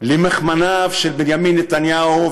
למכמניו של בנימין נתניהו,